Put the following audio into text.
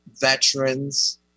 veterans